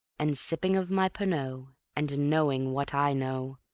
and sipping of my pernod, and a-knowing what i know,